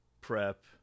prep